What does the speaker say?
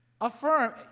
affirm